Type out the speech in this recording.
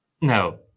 No